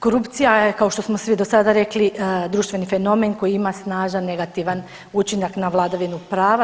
Korupcija je kao što smo svi do sada rekli društveni fenomen koji ima snažan negativan učinak na vladavinu prava.